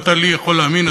ואתה לי יכול להאמין,